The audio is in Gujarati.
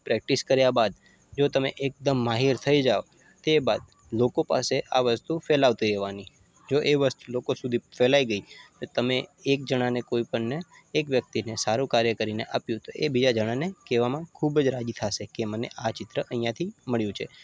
પ્રૅક્ટિસ કર્યા બાદ જો તમે એકદમ માહિર થઇ જાવ તે બાદ લોકો પાસે આ વસ્તુ ફેલાવતી રહેવાની જો એ વસ્તુ લોકો સુધી ફેલાઈ ગઈ તો તમે એક જણાને કોઈપણને એક વ્યક્તિને સારું કાર્ય કરીને આપ્યું તો એ બીજા જણાને કહેવામાં ખૂબ જ રાજી થશે કે મને આ ચિત્ર અહીંયાથી મળ્યું છે